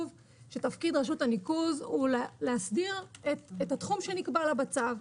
שתפקיד רשות הניקוז הוא להסדיר את התחום שנקבע לה בצו.